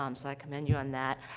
um so i commend you on that.